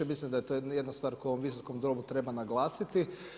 Mislim da je to jedna stvar koju u ovom Visokom domu treba naglasiti.